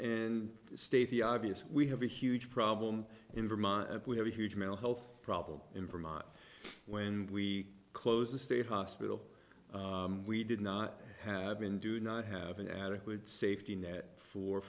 and state the obvious we have a huge problem in vermont and we have a huge mental health problem in vermont when we close the state hospital we did not have been do not have an adequate safety net for